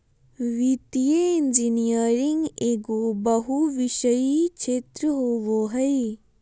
वित्तीय इंजीनियरिंग एगो बहुविषयी क्षेत्र होबो हइ